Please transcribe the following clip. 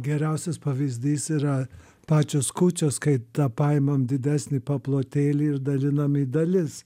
geriausias pavyzdys yra pačios kūčios kai tą paimam didesnį paplotėlį ir dalinam į dalis